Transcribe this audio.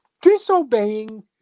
disobeying